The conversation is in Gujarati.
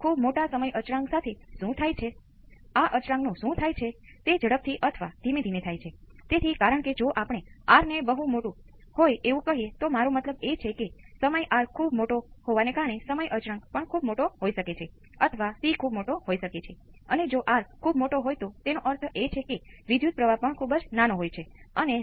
તેથી હવે તે બહાર આવ્યું છે કે શ્રેણીનો કેસ થોડો વધુ જટિલ છે તેમાં કેટલીક નિશ્ચિતતાઓ સામેલ છે પરંતુ આ કોર્સના હેતુ માટે ચાલો કહીએ કે તમે સિસ્ટમનો ઓર્ડર શોધવા માંગો છો જે તમે સ્રોતોને 0 પર સેટ કરો છો પછી તમે બધી સંભવિત શ્રેણી અને